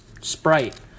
Sprite